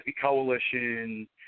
Coalition